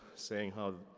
saying how,